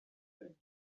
think